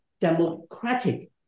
democratic